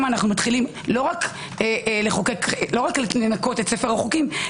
אנו מתחילים לא רק לנקות את ספר החוקים,